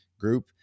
group